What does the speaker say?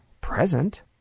present